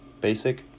basic